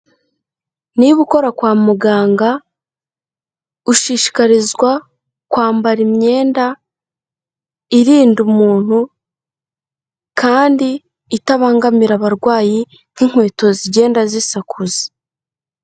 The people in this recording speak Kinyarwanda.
Niba ukora kwa muganga, ushishikarizwa kwambara imyenda irinda umuntu kandi itabangamira abarwayi nk'inkweto zigenda zisakuza.